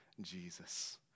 Jesus